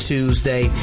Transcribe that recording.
Tuesday